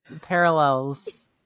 parallels